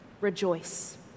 rejoice